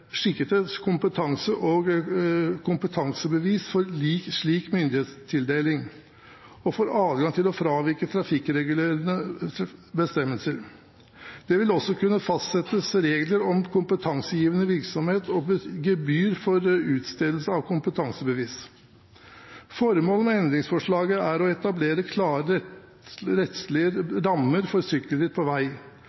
kompetansebevis for slik myndighetstildeling og for adgang til å fravike trafikkregulerende bestemmelser. Det vil også kunne fastsettes regler om kompetansegivende virksomhet og gebyr for utstedelse av kompetansebevis. Formålet med endringsforslaget er å etablere klare rettslige